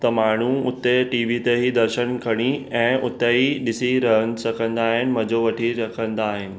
त माण्हू उते टी वी ते ई दर्शन खणी ऐं उतां ई ॾिसी रहनि सघंदा आहिनि मज़ो वठी रखंदा आहिनि